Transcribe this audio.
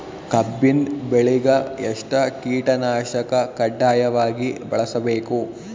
ಕಬ್ಬಿನ್ ಬೆಳಿಗ ಎಷ್ಟ ಕೀಟನಾಶಕ ಕಡ್ಡಾಯವಾಗಿ ಬಳಸಬೇಕು?